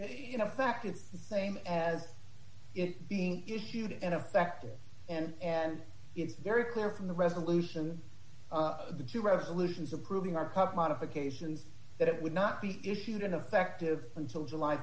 effect it's the same as it being issued and effective and and it's very clear from the resolution of the two resolutions approving our pup modifications that it would not be issued an effective until july